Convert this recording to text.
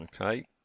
Okay